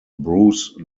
bruce